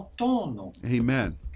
Amen